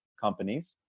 companies